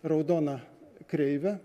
raudona kreive